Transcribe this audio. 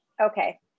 okay